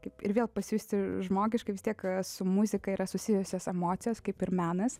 kaip ir vėl pasijusti žmogiškai vis tiek su muzika yra susijusios emocijas kaip ir menas